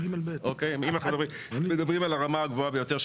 אם אנחנו מדברים על הרמה הגבוהה ביותר,